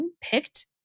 picked